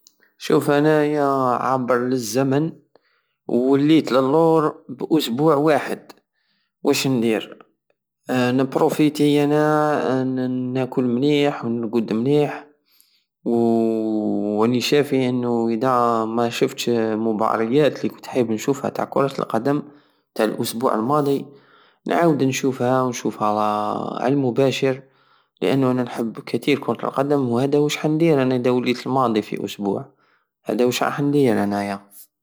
شوف انيا عابر لزمن وليت للنور باسبوع واحد واش ندير انا نبروفيتي انا ناكل مليح نرقد مليح و راني شافي انو ادا ماشفتش المباريات الي كنت حايب نشوفها تع كرة القدم تع الاسبوع الماضي ونشوفها على المباشر لانو انا نحب كتير كرة القدم وهدا وش رح ندير ادا وليت للماضي في اسبوع هدا وش راح ندير انايا